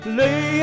lay